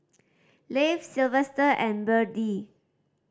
Leif Silvester and Byrdie